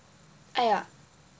哎呀